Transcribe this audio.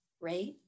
right